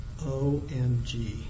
OMG